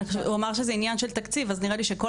הוא אמר שזה עניין של תקציב אז נראה לי שכל